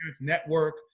Network